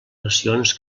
nacions